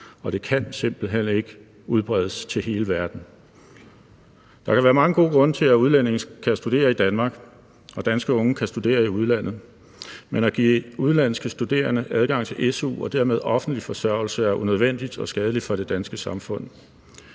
og det kan simpelt hen ikke udbredes til hele verden. Der kan være mange gode grunde til, at udlændinge kan studere i Danmark, og at danske unge kan studere i udlandet, men at give udenlandske studerende adgang til su og dermed offentlig forsørgelse er unødvendigt og skadeligt for det danske samfund.